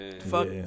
Fuck